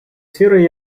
сферой